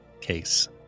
case